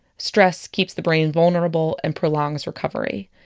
stress keeps the brain vulnerable and prolongs recovery.